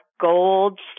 gold